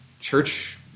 church